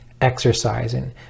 exercising